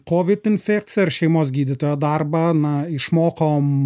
kovid infekciją ar šeimos gydytojo darbą na išmokom